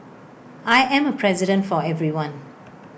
I am A president for everyone